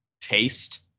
taste